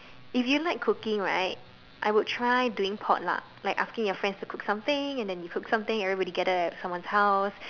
if you like cooking right I would try doing potluck like asking your friend to cook something then you cook something everybody gather at someone's house